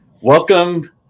welcome